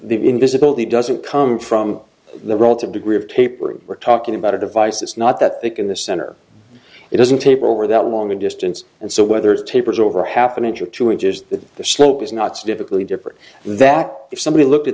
the invisibility doesn't come from the relative degree of tapering we're talking about a device it's not that they can the center it doesn't taper over that long distance and so whether it's tapers over half an inch or two inches that the slope is not significantly different that if somebody looked at